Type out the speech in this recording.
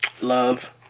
Love